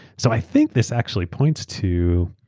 so i think this actually points to